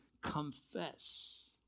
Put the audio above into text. confess